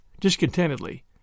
discontentedly